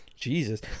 Jesus